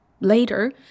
later